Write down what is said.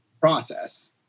process